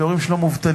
ההורים שלו מובטלים,